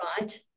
right